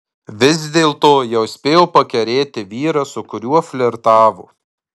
vis dėlto jau spėjo pakerėti vyrą su kuriuo flirtavo